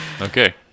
Okay